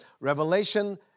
Revelation